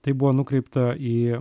tai buvo nukreipta į